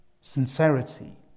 sincerity